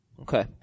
Okay